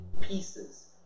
pieces